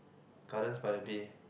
Gardens by the bay